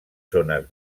zones